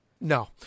no